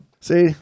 See